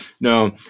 no